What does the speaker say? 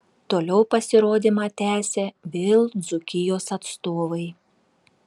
toliau pasirodymą tęsė vėl dzūkijos atstovai